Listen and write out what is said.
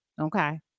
Okay